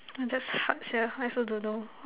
ah that's hard sia I also don't know